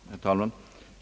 Herr talman!